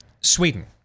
Sweden